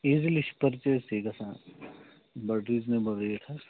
easily چھُ purchase یہِ گَژھان بَڑٕ ریٖزنیبل ریٹ حظ